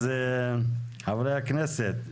אז חברי הכנסת,